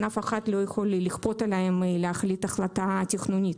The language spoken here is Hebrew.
אף אחד לא יכול לכפות עליהם להחליט החלטה תכנונית.